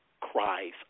cries